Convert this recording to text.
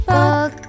Book